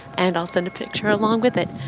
and i'll send a picture along with it.